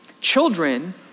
children